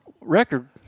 record